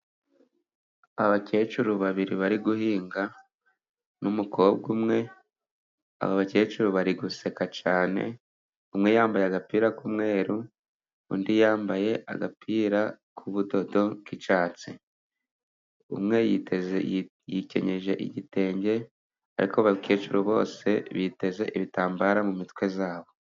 Abakecuru babiri bari guhinga n'umukobwa umwe. Aba bakecuru bari guseka cyane, umwe yambaye agapira k'umweru, undi yambaye agapira k'ubudodo k'icyatsi. umwe yiteze yikenyeje igitenge, ariko abakecuru bose biteze ibitambararo mu mitwe yabo.